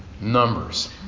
Numbers